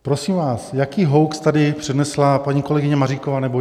Prosím vás, jaký hoax tady přednesla paní kolegyně Maříková nebo já?